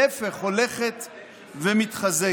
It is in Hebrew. להפך, הולכת ומתחזקת.